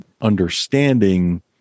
understanding